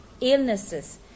illnesses